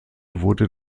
wurde